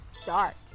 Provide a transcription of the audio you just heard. start